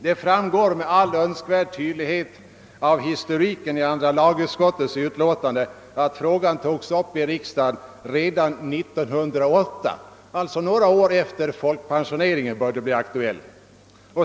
Det framgår med all önskvärd tydlighet av historiken i andra lagutskottets utlåtande nr 26 att frågan togs upp i riksdagen redan år 1908, alltså några år efter det att folkpensioneringen började bli aktuell.